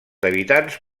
habitants